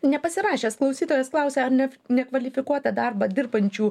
nepasirašęs klausytojas klausia ar ne nekvalifikuotą darbą dirbančių